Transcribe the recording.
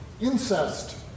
incest